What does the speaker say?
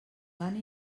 van